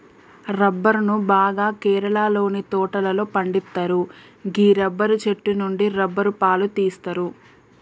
రబ్బరును బాగా కేరళలోని తోటలలో పండిత్తరు గీ రబ్బరు చెట్టు నుండి రబ్బరు పాలు తీస్తరు